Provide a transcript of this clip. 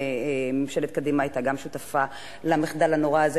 גם ממשלת קדימה היתה שותפה למחדל הנורא הזה,